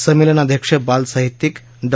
संमेलनाध्यक्ष बाल साहित्यिक डॉ